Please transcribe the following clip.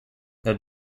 that